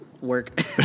work